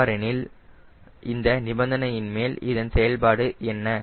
அவ்வாறெனில் இந்த நிபந்தனையின் மேல் இதன் செயல்பாடு என்ன